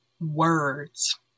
words